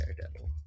Daredevil